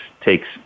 takes –